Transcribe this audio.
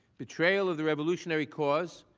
betrayal of the revolutionary cause,